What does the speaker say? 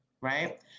right